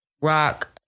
rock